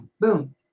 Boom